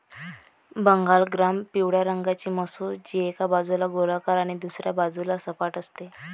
Bengal gram पिवळ्या रंगाची मसूर, जी एका बाजूला गोलाकार आणि दुसऱ्या बाजूला सपाट असते